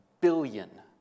billion